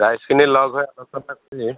ৰাইজখিনি লগ হৈ আলোচনা কৰি